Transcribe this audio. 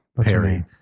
Perry